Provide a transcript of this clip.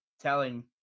telling